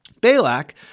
Balak